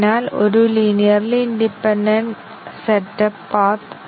അതിനാൽ ഇത് ഒരു ഉദാഹരണം മാത്രമാണ് ഷോർട്ട് സർക്യൂട്ട് വിലയിരുത്തൽ